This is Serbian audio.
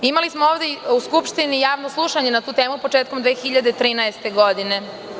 Imali smo ovde u Skupštini javno slušanje na tu temu početkom 2013. godine.